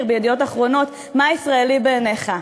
ב"ידיעות אחרונות": מה ישראלי בעיניך?